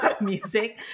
music